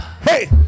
Hey